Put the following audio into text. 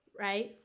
Right